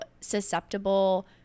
susceptible